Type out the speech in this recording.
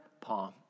palm